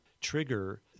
trigger